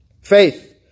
Faith